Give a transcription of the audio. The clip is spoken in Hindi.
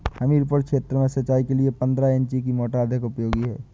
हमीरपुर क्षेत्र में सिंचाई के लिए पंद्रह इंची की मोटर अधिक उपयोगी है?